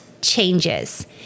changes